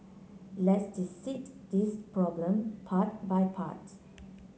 let's dissect this problem part by part